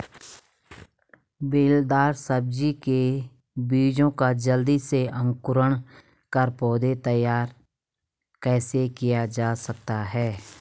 बेलदार सब्जी के बीजों का जल्दी से अंकुरण कर पौधा तैयार कैसे किया जा सकता है?